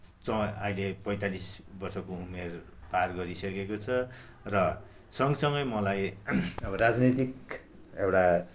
च्वा अहिले पैँतालिस वर्षको उमेर पार गरिसकेको छ र सँगसँगै मलाई अब राजनैतिक एउटा